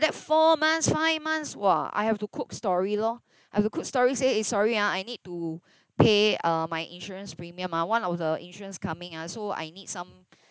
like that four months five months !wah! I have to cook story lor I have to cook story say eh sorry ah I need to pay uh my insurance premium ah one of the insurance coming ah so I need some